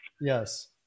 Yes